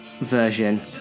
version